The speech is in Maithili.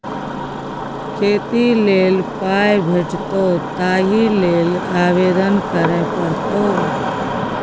खेती लेल पाय भेटितौ ताहि लेल आवेदन करय पड़तौ